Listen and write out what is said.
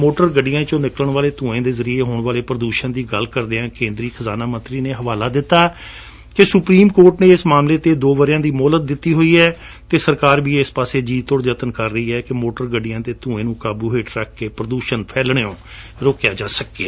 motor ਗੱਡੀਆਂ ਵਿੱਚੋ ਨਿਕਲਣ ਵਾਲੇ ਧੂਏਂ ਦੇ ਜਰੀਏ ਹੋਣ ਵਾਲੇ ਪ੍ਰੂੂਸ਼ਣ ਦੀ ਗੱਲ ਕਰਦਿਆਂ ਕੇਂਦਰੀ ਖਜਾਨਾ ਮੰਤਰੀ ਨੇ ਹਵਾਲਾ ਦਿੱਤਾ ਕਿ ਸੁਪਰੀਮ ਕੋਰਟ ਨੇ ਇਸ ਮਾਮਲੇ ਤੇ ਦੋ ਵਰ੍ਹਿਆਂ ਦੀ ਮੇਹਨਤ ਦਿੱਤੀ ਹੋਈ ਹੈ ਅਤੇ ਸਰਕਾਰ ਵੀ ਇਸ ਬਾਰੇ ਜੀ ਤੋੜ ਜਤਨ ਕਰ ਰਹੀ ਹੈ ਕਿ ਮੋਟਰ ਗੱਡੀਆਂ ਦੇ ਧੂਏਂ ਨੂੰ ਕਾਬੂ ਹੇਠ ਰੱਖਕੇ ਪ੍ਰਦੂਸ਼ਣ ਫੈਲਣੋ ਰੋਕਿਆ ਜਾ ਸਕੇ